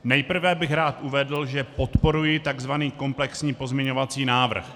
Nejprve bych rád uvedl, že podporuji tzv. komplexní pozměňovací návrh.